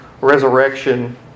resurrection